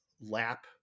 lap